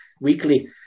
weekly